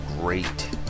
great